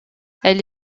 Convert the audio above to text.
elle